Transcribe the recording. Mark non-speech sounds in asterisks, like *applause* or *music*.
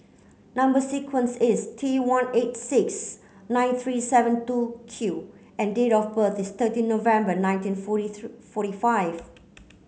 number sequence is T one eight six nine three seven two Q and date of birth is thirteen November nineteen forty *unintelligible* forty five